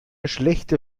schlechte